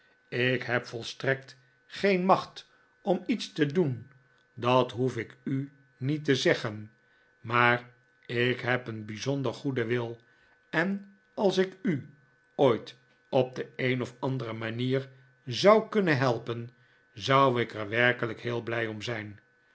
ik heb volstrekt geen macht om iets te doen dat hoef ik u niet te zeggen maar ik heb een bijzonder goeden wil en als ik u ooit op de een of andere manier zou kunnen helpen zou ik er werkelijk heel blij om zijn